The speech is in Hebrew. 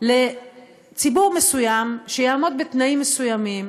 לציבור מסוים שיעמוד בתנאים מסוימים,